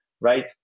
right